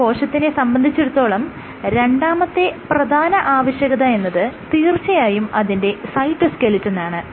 ഒരു കോശത്തിനെ സംബന്ധിച്ചിടത്തോളം രണ്ടാമത്തെ പ്രധാന ആവശ്യകത എന്നത് തീർച്ചയായും അതിന്റെ സൈറ്റോസ്കെലിറ്റാനാണ്